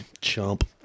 chump